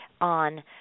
on